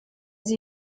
sie